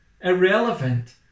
irrelevant